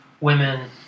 women